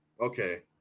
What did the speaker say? Okay